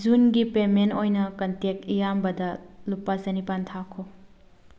ꯖꯨꯟꯒꯤ ꯄꯦꯃꯦꯟ ꯑꯣꯏꯅ ꯀꯟꯇꯦꯛ ꯑꯌꯥꯝꯕꯗ ꯂꯨꯄꯥ ꯆꯅꯤꯄꯥꯟ ꯊꯥꯈꯣ